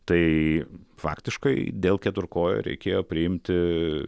tai faktiškai dėl keturkojo reikėjo priimti